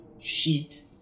sheet